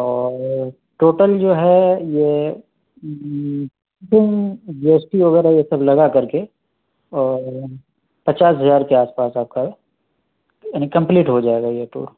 اور ٹوٹل جو ہے یہ جی ایس ٹی وغیرہ یہ سب لگا کر کے اور پچاس ہزار کے آس پاس آپ کا یعنی کمپلیٹ ہو جائے گا یہ ٹور